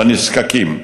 לנזקקים.